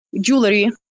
jewelry